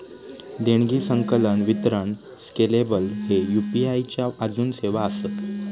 देणगी, संकलन, वितरण स्केलेबल ह्ये यू.पी.आई च्या आजून सेवा आसत